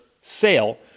sale